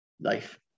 life